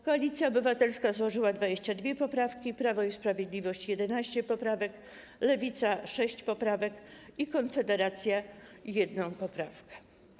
Koalicja Obywatelska złożyła 22 poprawki, Prawo i Sprawiedliwość - 11 poprawek, Lewica - 6 poprawek i Konfederacja - 1 poprawkę.